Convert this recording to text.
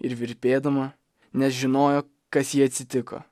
ir virpėdama nes žinojo kas jai atsitiko